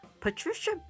Patricia